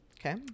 Okay